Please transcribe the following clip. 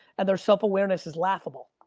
and their self-awareness is laughable.